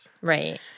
right